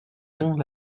pin